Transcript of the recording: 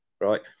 right